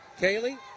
Kaylee